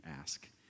ask